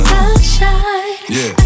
Sunshine